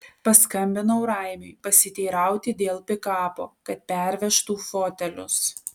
paskambinau raimiui pasiteirauti dėl pikapo kad pervežtų fotelius